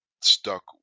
stuck